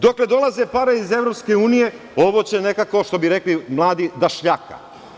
Dokle dolaze pare iz EU, ovo će nekako, što bi rekli mladi, da šljaka.